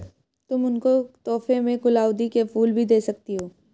तुम उनको तोहफे में गुलाउदी के फूल भी दे सकती हो